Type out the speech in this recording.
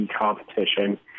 competition